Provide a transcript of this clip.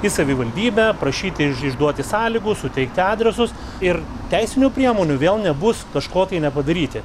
į savivaldybę prašyti iš išduoti sąlygų suteikti adresus ir teisinių priemonių vėl nebus kažko tai nepadaryti